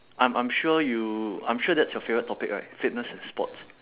I'm I'm sure you I'm sure that's your favourite topic right fitness and sports